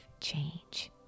change